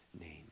name